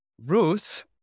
Ruth